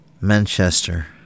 Manchester